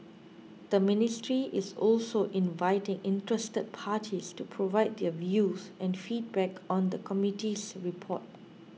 the ministry is also inviting interested parties to provide their views and feedback on the committee's report